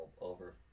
over